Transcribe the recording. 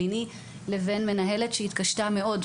ביני לבין מנהלת שהתקשתה מאוד,